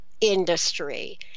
industry